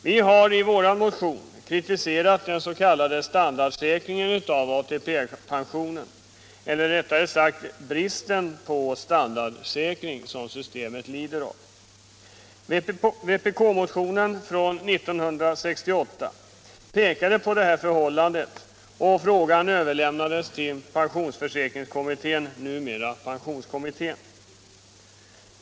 Vpk har i motionen 97 kritiserat den s.k. standardsäkringen av ATP pensionen, eller rättare sagt bristen på standardsäkring som systemet lider av. Vpk-motionen från 1969 pekade också på detta förhållande, och frågan överlämnades till pensionsförsäkringskommittén, numera pensionskommittén.